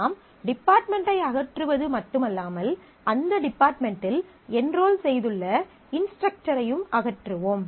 நாம் டிபார்ட்மென்டை அகற்றுவது மட்டுமல்லாமல் அந்த டிபார்ட்மென்ட்டில் என்ரோல் செய்துள்ள இன்ஸ்ட்ரக்டரையும் அகற்றுவோம்